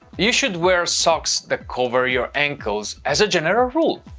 you should wear socks that cover your ankles, as a general rule.